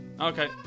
Okay